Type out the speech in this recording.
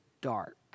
dark